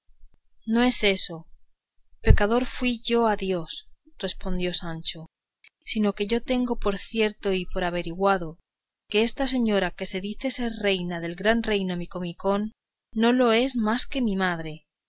no es eso pecador fui yo a dios respondió sancho sino que yo tengo por cierto y por averiguado que esta señora que se dice ser reina del gran reino micomicón no lo es más que mi madre